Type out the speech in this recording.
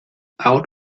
out